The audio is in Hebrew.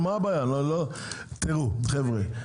חבר'ה,